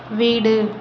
வீடு